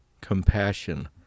compassion